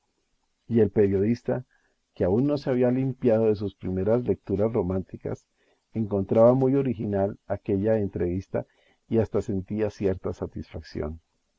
y el periodista que aún no se había limpiado de sus primeras lecturas románticas encontraba muy original aquella entrevista y hasta sentía cierta satisfacción